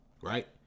right